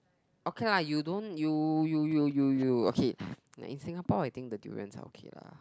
okay lah you don't you you you you you okay in Singapore I think the durians are okay lah